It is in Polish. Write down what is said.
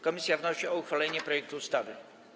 Komisja wnosi o uchwalenie projektu ustawy.